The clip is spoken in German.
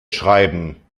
schreiben